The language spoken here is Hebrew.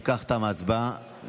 אם כך, תמה ההצבעה.